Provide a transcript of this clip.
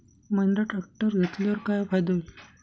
Mahindra tractor घेतल्यावर काय फायदा होईल?